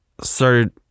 started